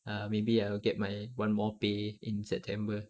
ah maybe I'll get my [one] more pay in september